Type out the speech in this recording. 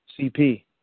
CP